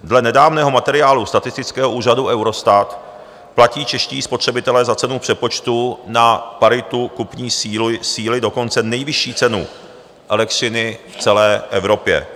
Dle nedávného materiálu statistického úřadu Eurostat platí čeští spotřebitelé za cenu v přepočtu na paritu kupní sílu dokonce nejvyšší cenu elektřiny v celé Evropě.